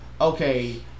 okay